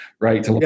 Right